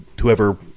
whoever